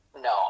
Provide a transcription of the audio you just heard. no